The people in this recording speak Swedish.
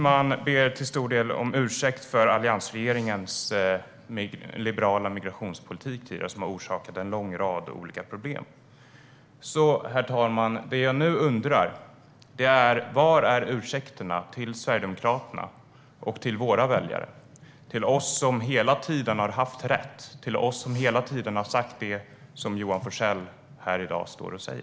Man ber också till stor del om ursäkt för alliansregeringens tidigare liberala migrationspolitik, som har orsakat en lång rad olika problem. Det jag nu undrar, herr talman, är därför: Var är ursäkterna till Sverigedemokraterna och våra väljare - till oss som hela tiden har haft rätt och som hela tiden har sagt det Johan Forssell säger här i dag?